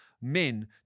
men